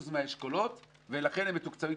מהאשכולות ולכן הם מתוקצבים,